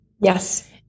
Yes